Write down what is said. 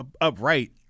upright